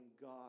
God